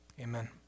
Amen